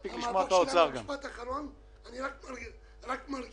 משפט אחרון, אני רק "מרגיע"